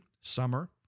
summer